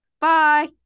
bye